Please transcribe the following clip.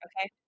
Okay